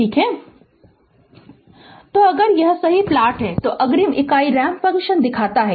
Refer Slide Time 1401 तो अगर यह सही प्लॉट है तो अग्रिम इकाई रैंप फ़ंक्शन दिखाता है